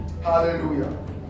Hallelujah